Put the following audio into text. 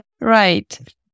Right